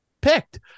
picked